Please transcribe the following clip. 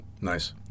Nice